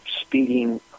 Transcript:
speeding